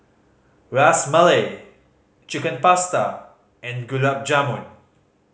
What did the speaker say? Ras Malai Chicken Pasta and Gulab Jamun